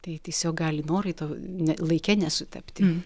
tai tiesiog gali norai tuo ne laike nesutapti